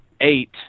Eight